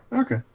Okay